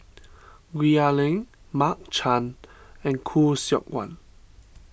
Gwee Ah Leng Mark Chan and Khoo Seok Wan